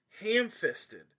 ham-fisted